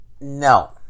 No